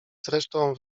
zresztą